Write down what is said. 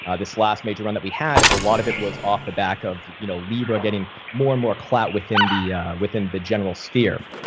ah this last major run that we had, a lot of it, it was off the back of, you know, libra getting more and more clout within the within the general sphere.